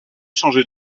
changer